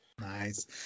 nice